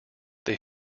they